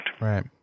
Right